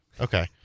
Okay